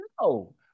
No